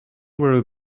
were